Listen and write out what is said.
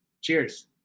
cheers